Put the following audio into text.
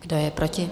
Kdo je proti?